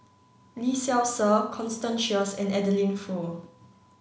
Lee Seow Ser Constance Sheares and Adeline Foo